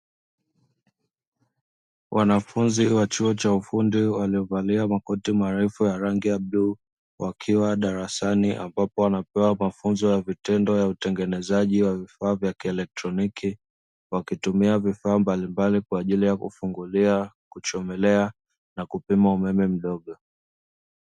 Wanafunzi wa chuo cha ufundi waliovalia makoti marefu ya rangi ya bluu, wakiwa darasani ambapo wanapewa mafunzo ya vitendo ya utengenezaji wa vifaa vya kielektroniki, wakitumia vifaa mbalimbali kwa ajili ya kufungulia, kuchomelea na kupima umeme mdogo.